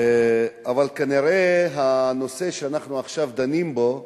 אבל הנושא שאנחנו דנים בו עכשיו,